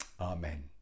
Amen